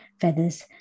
feathers